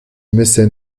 mécène